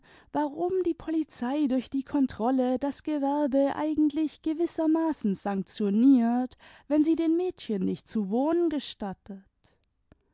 warum die polizei durch die kontrolle das gewerbe eigentlich gewissermaßen sanktioniert wenn sie den mädchen nicht zu wohnen gestattet